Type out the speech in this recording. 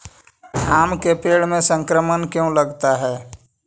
आम के पेड़ में संक्रमण क्यों लगता है?